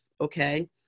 okay